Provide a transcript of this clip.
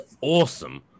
awesome